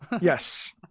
Yes